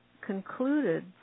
concluded